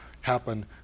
happen